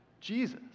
Jesus